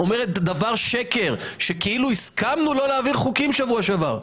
אומרת דבר שקר - שכאילו הסכמנו לא להעביר חוקים בשבוע שעבר.